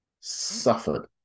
suffered